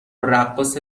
رقاص